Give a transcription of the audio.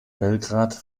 belgrad